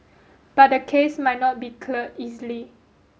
but the case might not be cleared easily